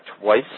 twice